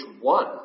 one